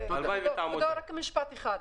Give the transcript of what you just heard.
רק משפט אחד: